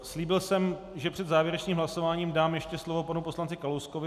Slíbil jsem, že před závěrečným hlasováním dám ještě slovo panu poslanci Kalouskovi.